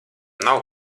nav